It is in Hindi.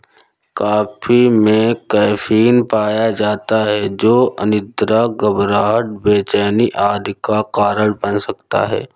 कॉफी में कैफीन पाया जाता है जो अनिद्रा, घबराहट, बेचैनी आदि का कारण बन सकता है